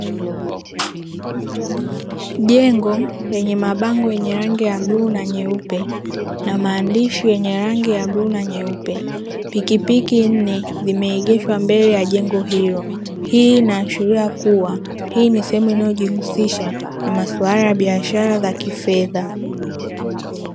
Jengo lenye mabango yenye rangi bluu na nyeupe na maandishi yenye rangi ya bluu na nyeupe pikipiki nne zimeegeshwa mbele ya jengo hilo, hii inaashiria kuwa hii ni sehemu inayojihusisha na masuala ya biashara za kifedha.